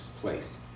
place